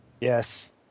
Yes